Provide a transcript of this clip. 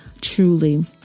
truly